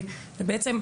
בכניסה.